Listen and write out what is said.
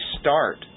start